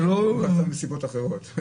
זה בטח מסיבות אחרות.